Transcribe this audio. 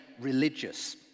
religious